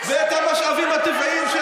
ואת המשאבים הטבעיים של